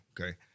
okay